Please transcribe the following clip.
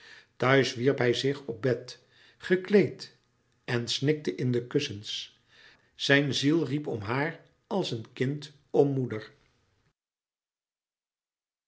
wierp hij zich op bed gekleed en snikte in de kussens zijn ziel riep om haar als een kind om moeder